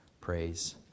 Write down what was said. praise